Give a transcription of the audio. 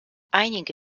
einige